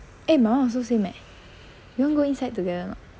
eh my one also same eh you want go inside together or not